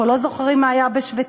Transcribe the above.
אנחנו לא זוכרים מה היה בשוויצריה?